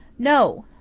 no,